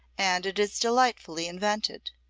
and it is delightfully invented.